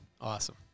awesome